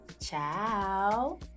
Ciao